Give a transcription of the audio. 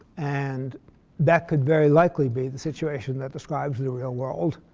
and that could very likely be the situation that describes the real world.